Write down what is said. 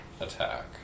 attack